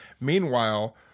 Meanwhile